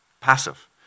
passive